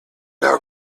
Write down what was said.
how